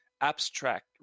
abstract